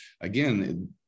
again